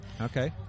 Okay